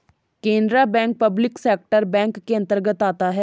Canara bank public sector bank के अंतर्गत आता है